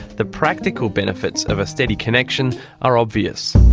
the practical benefits of a steady connection are obvious.